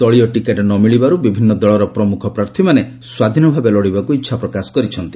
ଦଳୀୟ ଟିକେଟ୍ ନ ମିଳିବାରୁ ବିଭିନ୍ନ ଦଳର ପ୍ରମୁଖ ପ୍ରାର୍ଥୀମାନେ ସ୍ୱାଧୀନ ଭାବେ ଲଢ଼ିବାକୁ ଇଚ୍ଛା ପ୍ରକାଶ କରିଛନ୍ତି